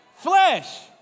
flesh